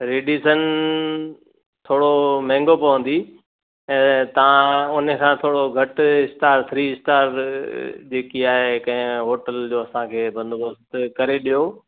Radisson थोरो महांगो पवंदी ऐं तव्हां उन्हीअ सां थोरो घटि स्टार थ्री स्टार जेकी आहे कंहिं होटल जो असांखे बंदोबस्तु करे ॾियो